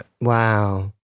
wow